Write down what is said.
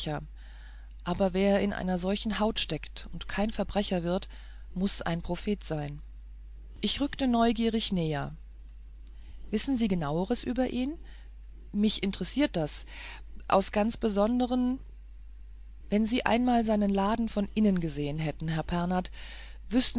aber wer in einer solchen haut steckt und kein verbrecher wird muß ein prophet sein ich rückte neugierig näher wissen sie genaueres über ihn mich interessiert das aus ganz besonderen wenn sie einmal seinen laden von innen gesehen hätten herr